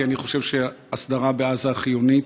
כי אני חושב שההסדרה בעזה חיונית.